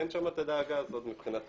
כי אין שם את הדאגה הזאת מבחינתם,